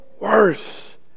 worse